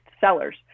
sellers